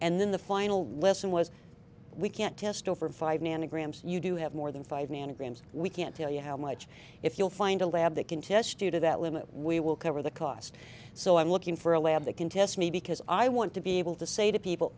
and then the final lesson was we can't test over five nanograms you do have more than five nanograms we can't tell you how much if you'll find a lab that can test you to that limit we will cover the cost so i'm looking for a lab that can test me because i want to be able to say to people